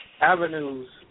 avenues